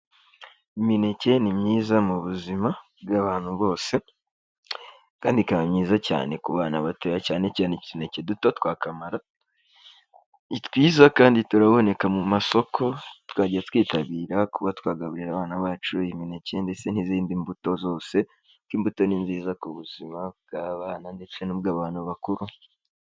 Imineke ni myiza mu buzima bw'abantu bose, kandi ikaba myiza cyane ku bana batoya, cyane cyane utuneke tuto twa kamara, ni twiza kandi turaboneka mu masoko, twajya twitabira twagaburira abana bacu imineke ndetse n'izindi mbuto zose, kuko imbuto ni nziza ku buzima bw'abana ndetse n'ubw'abantu bakuru.